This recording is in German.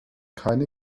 keine